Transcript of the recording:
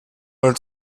mal